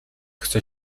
chcę